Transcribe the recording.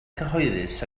cyhoeddus